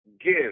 Give